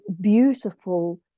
beautiful